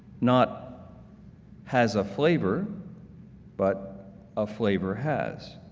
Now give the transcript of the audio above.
not has a flavor but a flavor has,